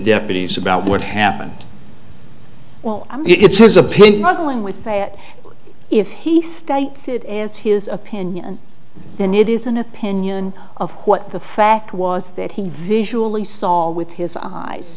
deputies about what happened well it's a pin muddling with that if he states it is his opinion then it is an opinion of what the fact was that he visually saw with his eyes